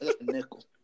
Nickel